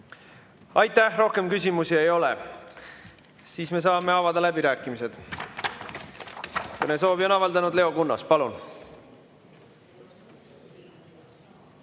Aitäh! Rohkem küsimusi ei ole. Me saame avada läbirääkimised. Kõnesoovi on avaldanud Leo Kunnas. Palun!